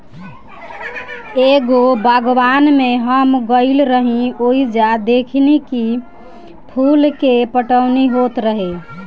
एगो बागवान में हम गइल रही ओइजा देखनी की फूल के पटवनी होत रहे